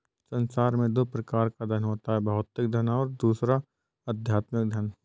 संसार में दो प्रकार का धन होता है भौतिक धन और दूसरा आध्यात्मिक धन